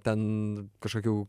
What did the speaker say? ten kažkokių